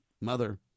mother